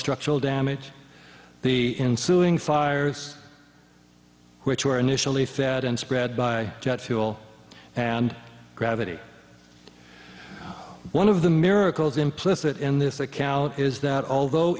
structural damage the ensuing fires which were initially fed and spread by jet fuel and gravity one of the miracles implicit in this account is that although